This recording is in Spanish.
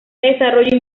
desarrollo